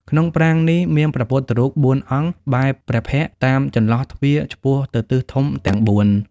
ក្នុងប្រាង្គនេះ មានព្រះពុទ្ធរូបបួន អង្គ បែរព្រះភក្ត្រតាមចន្លោះទ្វារឆ្ពោះទៅទិសធំទាំងបួន ។